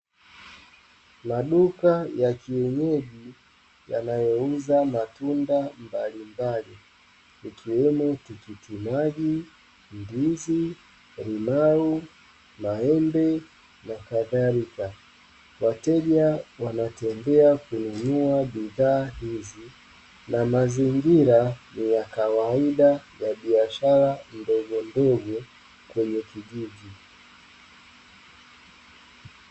Maduka ya kienyeji yanayouza matunda mbalimbali ikiwemo: tikitiki maji, ndizi, limao, maembe, na kadhalika. Wateja wanatembea kununua bidhaa hizi na mazingira ni ya kawaida ya biashara ndogondogo kwenye kijiji.